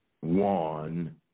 one